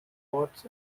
pots